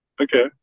Okay